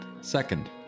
Second